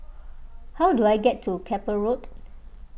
how do I get to Keppel Road